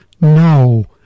No